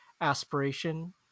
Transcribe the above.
aspiration